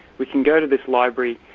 we can go to this library,